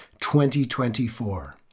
2024